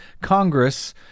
Congress